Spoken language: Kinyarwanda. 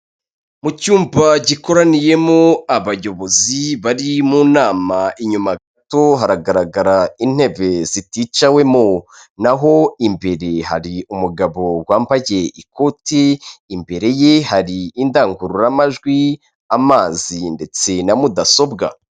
Mu cyumba gikoraniyemo abayobozi bari mu nama inyuma gato haragaragara intebe ziticawemo, naho imbere hari umugabo wambagiye ikoti, imbere ye hari indangururamajwi amazi ndetse na mudasobwa.